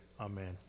Amen